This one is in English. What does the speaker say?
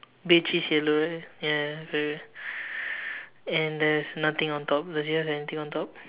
beigish yellow ya correct and there's nothing on top does yours have anything on top